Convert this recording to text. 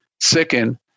Second